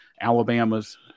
Alabama's